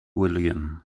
william